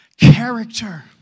character